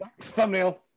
thumbnail